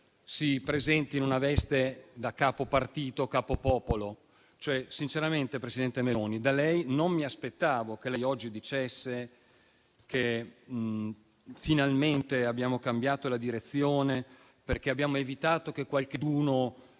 si presenti in una veste da capo partito o capo popolo. Sinceramente, presidente Meloni, non mi aspettavo che lei oggi dicesse che finalmente avete cambiato la direzione e avete evitato che qualcheduno,